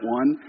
one